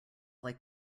like